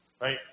right